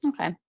Okay